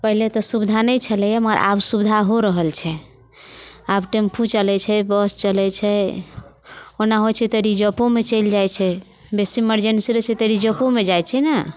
पहिले तऽ सुविधा नहि छलै मगर आब सुविधा हो रहल छै आब टेम्पू चलैत छै बस चलैत छै ओना होइत छै तऽ रिजपोमे चलि जाइत छै बेसी इमरजेंसी रहैत छै तऽ रिजपोमे जाइत छै ने